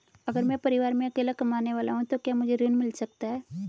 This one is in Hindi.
अगर मैं परिवार में अकेला कमाने वाला हूँ तो क्या मुझे ऋण मिल सकता है?